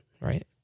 right